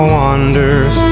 wonders